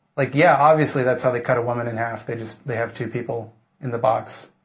like yeah, obviously, that's how they cut a woman in half. they just they have two people in the box.